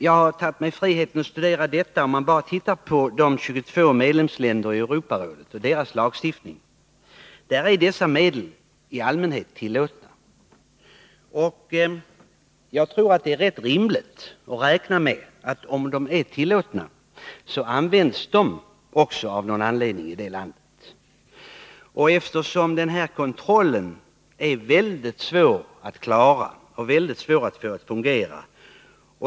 Jag har tagit mig friheten att studera lagstiftningen i de 22 medlemsländerna i Europarådet. Där är dessa medel i allmänhet tillåtna. Jag tror att det är rätt rimligt att räkna med att i de länder där dessa medel är tillåtna används de också. Det är mycket svårt att få kontrollen att fungera.